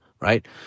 right